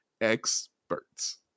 experts